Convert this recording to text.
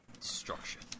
Destruction